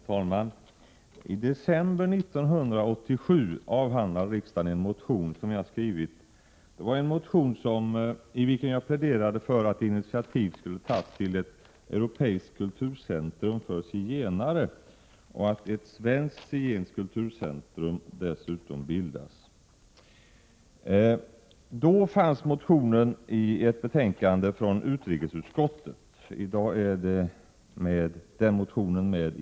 Herr talman! I december 1987 behandlade riksdagen en motion som jag hade väckt. I den motionen pläderade jag för att initiativ skulle tas till ett europeiskt kulturcentrum för zigenare. Jag pläderade även för att ett svenskt zigenskt kulturcentrum skulle bildas. När motionen behandlades i december 1987 var det mot bakgrund av ett betänkande från utrikesutskottet.